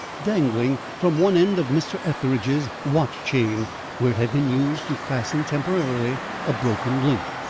dangling from one end of mr. etheridge's watch-chain where it had been used to fasten temporarily a broken link.